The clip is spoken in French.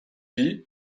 pies